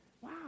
Wow